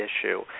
issue